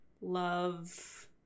Love